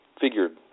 figured